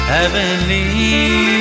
Heavenly